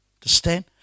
Understand